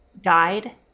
died